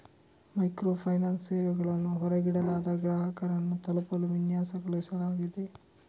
micro finance ಸೇವೆಗಳನ್ನು ಹೊರಗಿಡಲಾದ ಗ್ರಾಹಕರನ್ನು ತಲುಪಲು ವಿನ್ಯಾಸಗೊಳಿಸಲಾಗಿದೆ